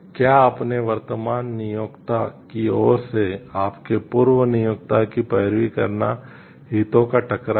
क्या आपके वर्तमान नियोक्ता की ओर से आपके पूर्व नियोक्ता की पैरवी करना हितों का टकराव है